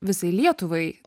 visai lietuvai